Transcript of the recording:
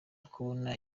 kubona